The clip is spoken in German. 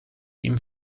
ihm